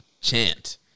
chant